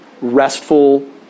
restful